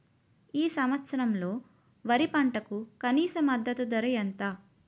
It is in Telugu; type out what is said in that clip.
ఈ సంవత్సరంలో వరి పంటకు కనీస మద్దతు ధర ఎంత?